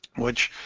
which